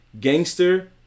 gangster